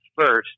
First